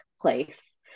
place